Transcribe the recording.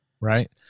right